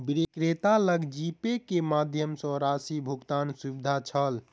विक्रेता लग जीपे के माध्यम सॅ राशि भुगतानक सुविधा छल